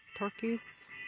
turkeys